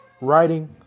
writing